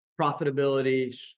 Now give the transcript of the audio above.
profitability